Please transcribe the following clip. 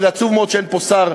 ועצוב מאוד שאין פה שר,